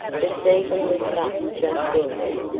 the season was but just ended.